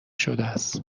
شدس